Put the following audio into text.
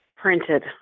Printed